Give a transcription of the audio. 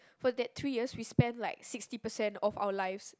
for that three years we spend like sixty percent of our lives